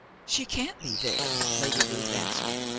she can't be there, lady ruth answered.